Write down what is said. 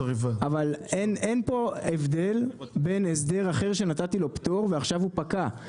אין פה הבדל בין הסדר אחר שנתתי לו פטור ועכשיו הוא פקע.